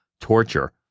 torture